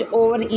over